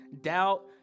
doubt